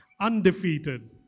Undefeated